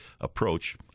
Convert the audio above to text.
approach